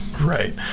Right